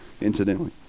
incidentally